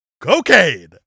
cocaine